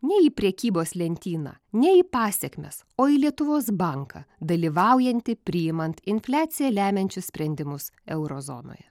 ne į prekybos lentyną ne į pasekmes o į lietuvos banką dalyvaujantį priimant infliaciją lemiančius sprendimus euro zonoje